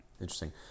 Interesting